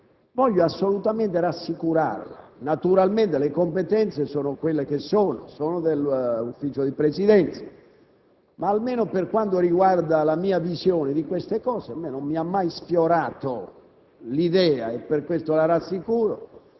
Voglio assolutamente rassicurarla. Naturalmente le competenze sono del Consiglio di Presidenza, ma almeno per quanto riguarda la mia visione di tali questioni non mi ha mai sfiorato l'idea - per questo la rassicuro